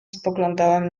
spoglądałem